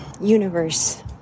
universe